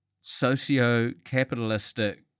socio-capitalistic